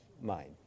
mind